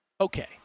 Okay